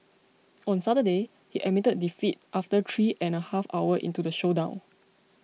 on Saturday he admitted defeat after three and a half hour into the showdown